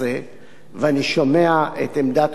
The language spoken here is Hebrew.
ואני שומע את עמדת כל הצדדים,